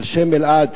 על שם אלעד,